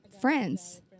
friends